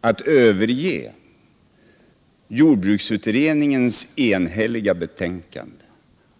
Han frångår jordbruksutredningens enhälliga förslag